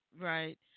right